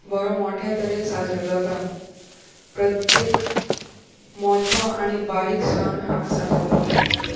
बरो मोठ्या तरेन साजरो जाता प्रत्येक मोठो आनी बारीक सण हांगा साजरो जाता